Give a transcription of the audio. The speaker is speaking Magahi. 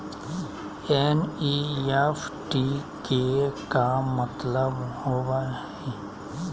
एन.ई.एफ.टी के का मतलव होव हई?